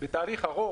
בתהליך ארוך